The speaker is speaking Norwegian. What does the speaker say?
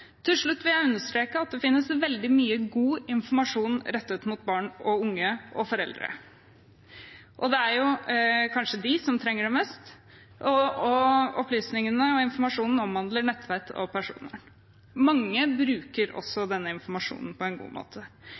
Til slutt vil jeg understreke at det finnes veldig mye god informasjon rettet mot barn og unge og foreldre. Det er kanskje de som trenger det mest, og opplysningene og informasjonen omhandler nettvett og personvern. Mange bruker også denne informasjonen på en god måte.